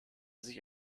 sich